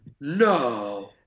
No